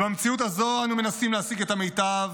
ובמציאות הזו אנו מנסים להשיג את המיטב